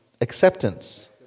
Acceptance